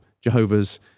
Jehovah's